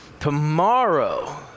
Tomorrow